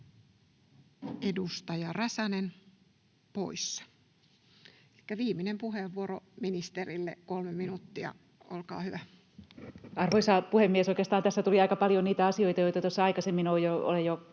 edustaja Räsänen poissa. — Elikkä viimeinen puheenvuoro ministerille. Kolme minuuttia, olkaa hyvä. Arvoisa puhemies! Oikeastaan tässä tuli aika paljon niitä asioita, joita tuossa aikaisemmin olen jo